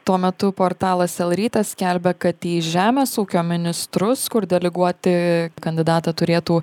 tuo metu portalas el rytas skelbia kad į žemės ūkio ministrus kur deleguoti kandidatą turėtų